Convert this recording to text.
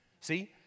See